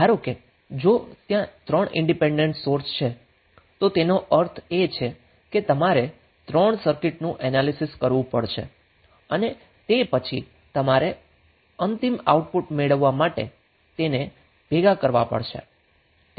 ધારો કે જો ત્યાં 3 ઇન્ડિપેન્ડન્ટ સોર્સ છે તો તેનો અર્થ એ છે કે તમારે 3 સર્કિટનું એનાલીસીસ કરવું પડશે અને તે પછી તમારે અંતિમ આઉટપુટ મેળવવા માટે તેને ભેગા કરવા પડશે